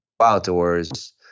outdoors